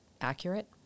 accurate